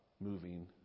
moving